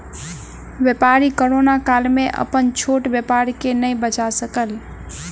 व्यापारी कोरोना काल में अपन छोट व्यापार के नै बचा सकल